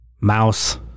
Mouse